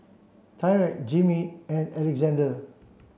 Tyrek Jimmy and Alexandr